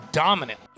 dominant